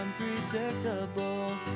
unpredictable